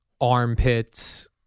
Armpits